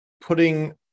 putting